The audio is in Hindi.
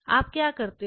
आप क्या करते हो